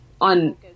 on